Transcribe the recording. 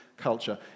culture